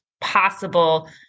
possible